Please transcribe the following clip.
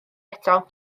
eto